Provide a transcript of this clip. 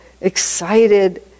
excited